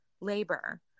labor